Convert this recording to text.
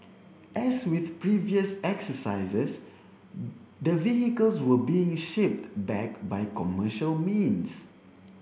as with previous exercises the vehicles were being shipped back by commercial means